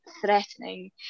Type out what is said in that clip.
threatening